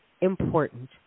important